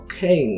Okay